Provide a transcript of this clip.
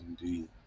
indeed